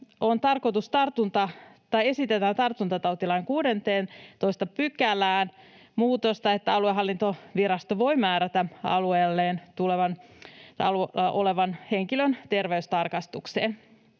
Eli tässähän esitetään tartuntatautilain 16 §:ään muutosta, että aluehallintovirasto voi määrätä alueelleen tulevan tai alueella olevan henkilön terveystarkastukseen,